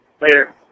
Later